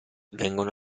vengono